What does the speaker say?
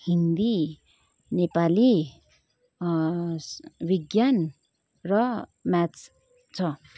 हिन्दी नेपाली विज्ञान र म्याथ्स छ